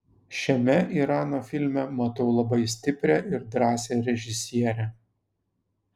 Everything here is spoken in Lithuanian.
šiame irano filme matau labai stiprią ir drąsią režisierę